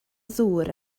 ddŵr